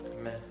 Amen